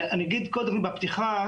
אני אגיד קודם בפתיחה,